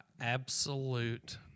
absolute